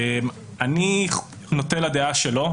אני נוטה לדעה שלא.